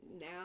now